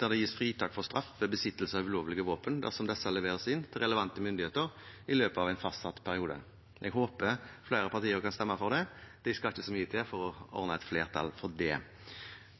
der det gis fritak for straff ved besittelse av ulovlige våpen dersom disse leveres inn til relevante myndigheter i løpet av en fastsatt periode. Jeg håper flere partier kan stemme for det. Det skal ikke så mye til for å ordne et flertall for det.